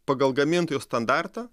pagal gamintojų standartą